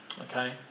Okay